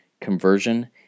conversion